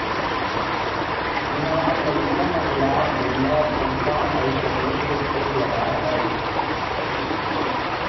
मेंहा अपन बगिचा म गुलाब, गोंदा, चंपा अउ चमेली के फूल लगाय हव